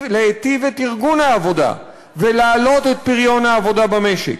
את ארגון העבודה ולהעלות את פריון העבודה במשק.